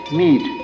need